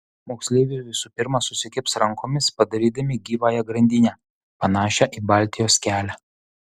moksleiviai visų pirma susikibs rankomis padarydami gyvąją grandinę panašią į baltijos kelią